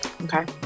Okay